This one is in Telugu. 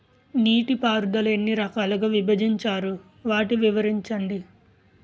నీటిపారుదల ఎన్ని రకాలుగా విభజించారు? వాటి వివరించండి?